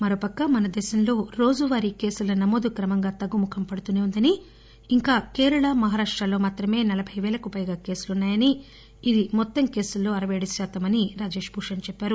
మరోపక్క మనదేశంలో రోజువారీ కేసుల నమోదు క్రమంగా తగ్గుముఖం పడుతూనే ఉందని ఇంకా కేరళ మహారాష్టలో మాత్రమే నలబై పేలకు పైగా కేసులు ఉన్నాయని ఇది మొత్తం కేసుల్లో అరపై ఏడు శాతమని ఆయన చెప్పారు